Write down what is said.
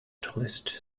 tallest